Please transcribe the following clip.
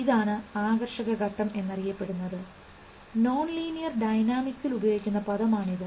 ഇതാണ് ആകർഷക ഘടകം എന്നറിയപ്പെടുന്നത്നോൺ ലീനിയർ ഡൈനാമിക്ക്സിൽ ഉപയോഗിക്കുന്ന പദമാണ് ആണ് ഇത്